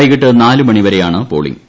വൈകിട്ട് നാല് മണി വരെയാണ് പോളിംഗ്